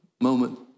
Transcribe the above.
moment